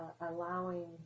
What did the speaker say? allowing